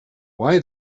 why